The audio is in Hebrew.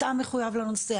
אתה מחויב לנושא,